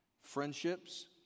Friendships